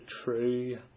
true